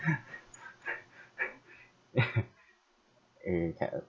uh cannot